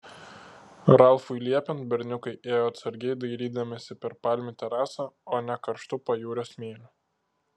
ralfui liepiant berniukai ėjo atsargiai dairydamiesi per palmių terasą o ne karštu pajūrio smėliu